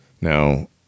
now